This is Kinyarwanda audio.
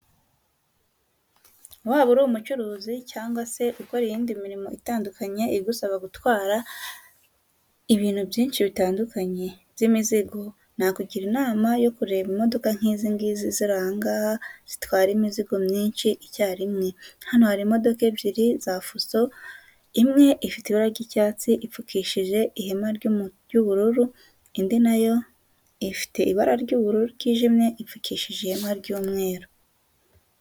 Waba uri umucuruzi cyangwa se ukora iyindi mirimo itandukanye igusaba gutwara ibintu byinshi bitandukanye by'imizigo nakugira inama yo kureba imodoka nk'izi ng'izi ziri aha ng'aha zitwara imizigo myinshi icyarimwe, hano hari imodoka ebyiri za Fuso imwe ifite ibara ry'icyatsi ipfukishije ihema ry'ubururu, indi nayo ifite ibara ry'ubururu bwijimye ipfukishije ihema ry'umweru.